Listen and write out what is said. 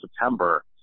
September